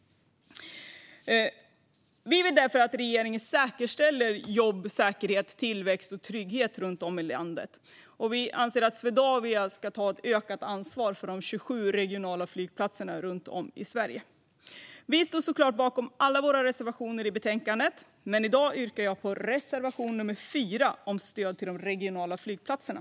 Vi vill att regeringen säkerställer jobb, säkerhet, tillväxt och trygghet i hela landet. Vi anser därför att Swedavia ska ta ett större ansvar för de 27 regionala flygplatserna runt om i Sverige. Jag står givetvis bakom alla våra reservationer i betänkandet men yrkar bifall endast till reservation 4 om stöd till de regionala flygplatserna.